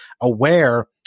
aware